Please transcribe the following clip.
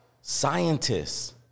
Scientists